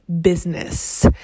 Business